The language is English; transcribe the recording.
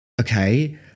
okay